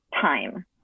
time